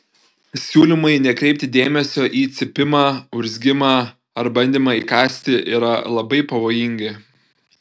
siūlymai nekreipti dėmesio į cypimą urzgimą ar bandymą įkąsti yra labai pavojingi